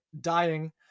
dying